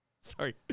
Sorry